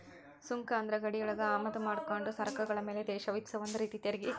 ಸುಂಕ ಅಂದ್ರ ಗಡಿಯೊಳಗ ಆಮದ ಮಾಡ್ಕೊಂಡ ಸರಕುಗಳ ಮ್ಯಾಲೆ ದೇಶ ವಿಧಿಸೊ ಒಂದ ರೇತಿ ತೆರಿಗಿ